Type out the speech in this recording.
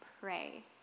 pray